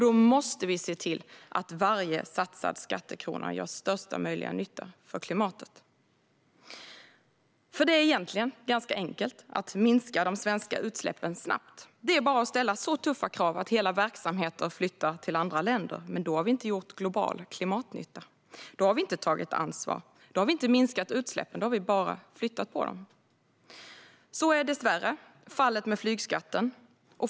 Då måste vi se till att varje satsad skattekrona gör största möjliga nytta för klimatet. Egentligen är det nämligen ganska enkelt att minska de svenska utsläppen snabbt - det är bara att ställa så tuffa krav att hela verksamheter flyttar utomlands. Men då har vi inte gjort global klimatnytta. Då har vi inte tagit ansvar. Då har vi inte minskat utsläppen; då har vi bara flyttat dem. Så är dessvärre fallet med flygskatten.